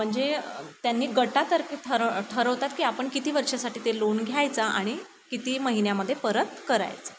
म्हणजे त्यांनी गटातर्फे ठरव ठरवतात की आपण किती वर्षासाठी ते लोन घ्यायचं आणि किती महिन्यामध्ये परत करायचं